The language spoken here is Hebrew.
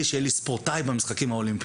הוא שיהיה לי ספורטאי במשחקים האולימפיים.